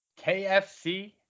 KFC